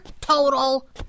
total